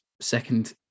second